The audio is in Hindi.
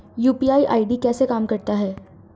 यू.पी.आई आई.डी कैसे काम करता है?